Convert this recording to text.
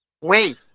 Wait